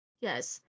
yes